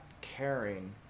caring